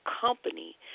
Company